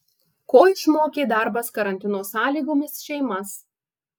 ko išmokė darbas karantino sąlygomis šeimas